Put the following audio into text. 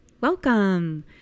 welcome